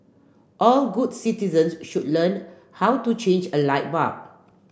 all good citizens should learn how to change a light bulb